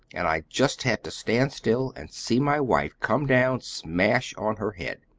and i just had to stand still and see my wife come down smash on her head.